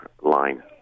line